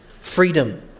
freedom